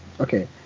okay